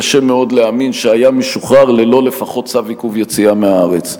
קשה מאוד להאמין שהיה משוחרר ללא לפחות צו עיכוב יציאה מהארץ,